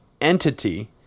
entity